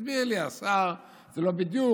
הסביר לי השר שזה לא בדיוק,